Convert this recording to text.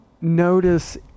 notice